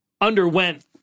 underwent